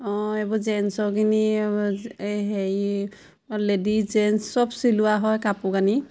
অঁ এইবোৰ জেন্সৰ কিনি হেৰি লেডিজ জেন্স চব চিলোৱা হয় কাপোৰ কানি